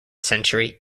century